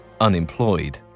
unemployed